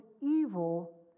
evil